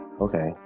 okay